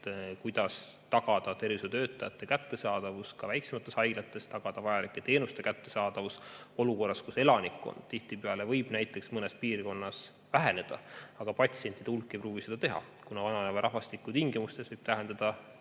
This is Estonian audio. see, kuidas tagada tervishoiutöötajate kättesaadavus ka väiksemates haiglates ja vajalike teenuste kättesaadavus olukorras, kus elanikkond tihtipeale võib näiteks mõnes piirkonnas väheneda, aga patsientide hulk ei pruugi seda teha, kuna vananeva rahvastiku tingimustes võib tähendada